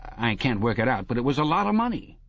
i can't work it out, but it was a lot of money.